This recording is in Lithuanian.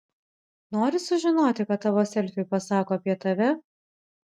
nori sužinoti ką tavo selfiai pasako apie tave